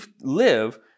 live